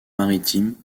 maritimes